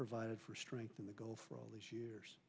provided for strength in the goal for all these years